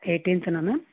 ఎయిటీన్త్నా